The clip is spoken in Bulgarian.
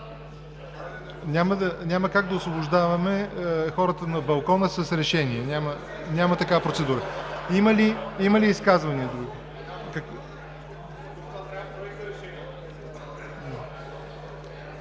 Няма как да освобождаваме хората на балкона с решение, няма такава процедура. Има ли други изказвания?